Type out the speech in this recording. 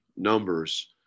Numbers